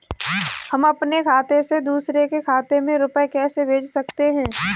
हम अपने खाते से दूसरे के खाते में रुपये कैसे भेज सकते हैं?